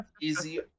easy